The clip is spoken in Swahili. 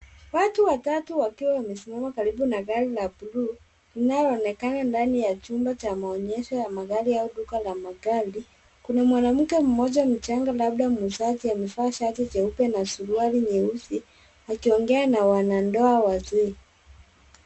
Watu watatu wakiwa wamesimama karibu na gari la bluu linaloonekana ndani ya chumba cha maonyesho ya magari au duka la magari. Kuna mwanamke mmoja mchanga labda muuzaji amevaa shati jeupe na suruali nyeusi akiongea na wanandoa wazee.